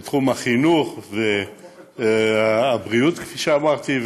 בתחום החינוך, הבריאות, כפי שאמרתי,